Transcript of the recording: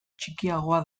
txikiagoa